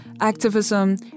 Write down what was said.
activism